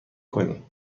کنیم